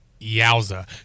Yowza